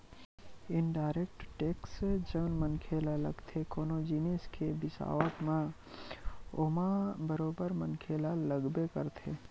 indirect tax जउन मनखे ल लगथे कोनो जिनिस के बिसावत म ओमा बरोबर मनखे ल लगबे करथे